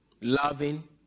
loving